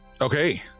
Okay